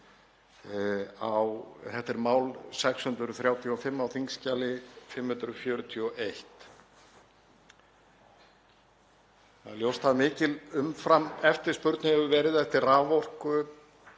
Þetta er mál 635 á þingskjali 541. Það er ljóst að mikil umframeftirspurn hefur verið eftir raforku